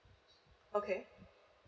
okay